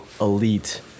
elite